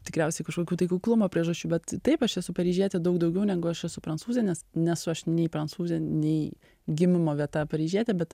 tikriausiai kažkokių tai kuklumo priežasčių bet taip aš esu paryžietė daug daugiau negu aš esu prancūzė nes nesu aš nei prancūzė nei gimimo vieta paryžietė bet